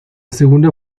segunda